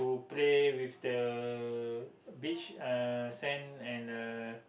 play with the beach uh sand and the